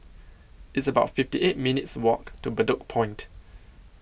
It's about fifty eight minutes' Walk to Bedok Point